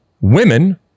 women